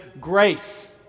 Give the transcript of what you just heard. grace